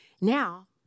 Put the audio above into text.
now